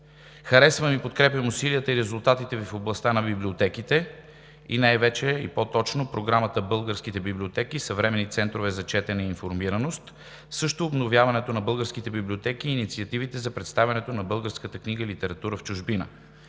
Харесват ми и подкрепям усилията и резултатите Ви в областта на библиотеките и най-вече и по-точно Програмата „Българските библиотеки – съвременни центрове за четене и информираност“, също обновяването на българските библиотеки и инициативите за представянето на българската книга и литература в чужбина.